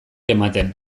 ematen